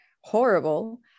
horrible